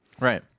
Right